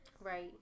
Right